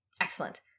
Excellent